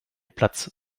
platz